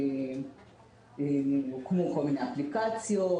הוקמו כל מיני אפליקציות,